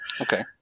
Okay